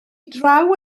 draw